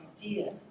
idea